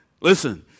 Listen